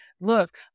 Look